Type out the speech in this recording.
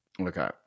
okay